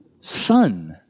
son